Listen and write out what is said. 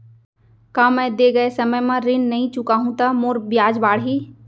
का मैं दे गए समय म ऋण नई चुकाहूँ त मोर ब्याज बाड़ही?